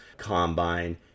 combine